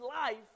life